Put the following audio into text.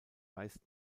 weist